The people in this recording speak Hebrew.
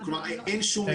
כלומר, אין שום מידע.